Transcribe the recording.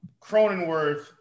Cronenworth